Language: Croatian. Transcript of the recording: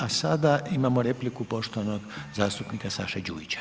A sada imamo repliku poštovanog zastupnika Saše Đujića.